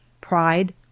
pride